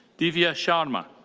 divya sharma.